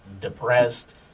depressed